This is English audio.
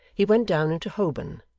he went down into holborn,